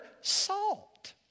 salt